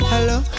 Hello